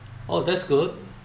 oh that's good